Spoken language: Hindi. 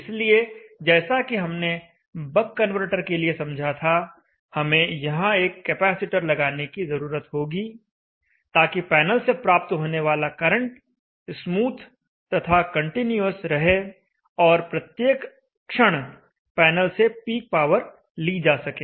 इसलिए जैसा कि हमने बक कन्वर्टर के लिए समझा था हमें यहां एक कैपेसिटर लगाने की जरूरत होगी ताकि पैनल से प्राप्त होने वाला करंट स्मूथ तथा कंटीन्यूअस रहे और प्रत्येक क्षण पैनल से पीक पावर ली जा सके